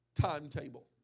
timetable